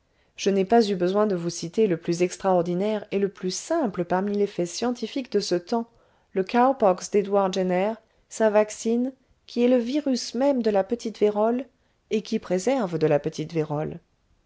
je n'ai pas eu besoin de vous citer le plus extraordinaire et le plus simple parmi les faits scientifiques de ce temps le cow pox d'edouard jenner sa vaccine qui est le virus même de la petite vérole et qui préserve de la petite vérole